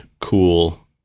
cool